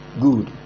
good